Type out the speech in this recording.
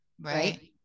Right